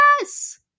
yes